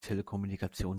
telekommunikation